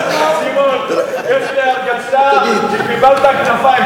יש לי הרגשה שקיבלת כנפיים,